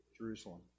Jerusalem